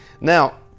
Now